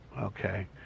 okay